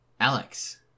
alex